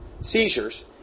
seizures